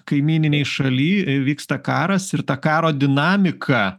kaimyninėj šaly vyksta karas ir ta karo dinamika